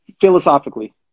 philosophically